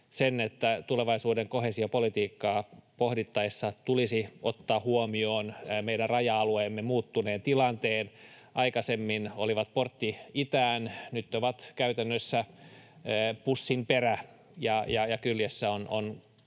sen, että tulevaisuuden koheesiopolitiikkaa pohdittaessa tulisi ottaa huomioon meidän raja-alueemme muuttunut tilanne. Aikaisemmin se oli portti itään, nyt se on käytännössä pussinperä, ja kyljessä on kova